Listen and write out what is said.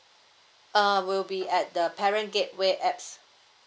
uh will be at the parent gateway apps